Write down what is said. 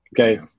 okay